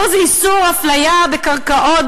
פה זה איסור אפליה בקרקעות,